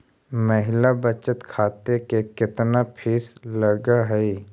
महिला बचत खाते के केतना फीस लगअ हई